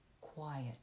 quiet